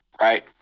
right